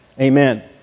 amen